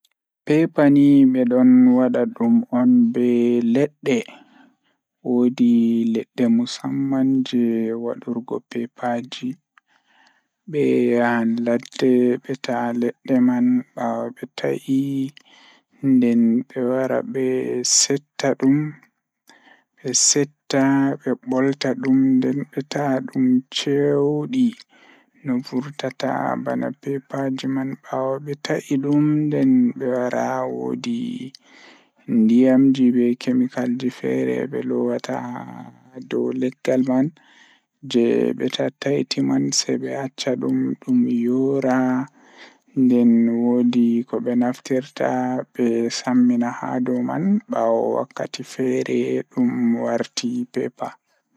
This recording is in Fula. Fayde ɓe naftiraade baafal ngal ɗiɗi, kadi eɓe njaati e ndiyam ngol, teeŋol ko "slurry." Nde "slurry" ngol naftiraa e sappoore, ndiyam ngol njaltinaa, ngol no jogii baafal ngal ɗiɗi. Eɓe tokkaay e ngol e hikkaa, tigi moƴƴe no ñaɓi.